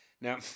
Now